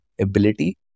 ability